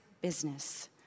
business